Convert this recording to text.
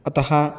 अतः